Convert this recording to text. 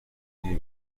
میری